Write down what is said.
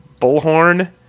bullhorn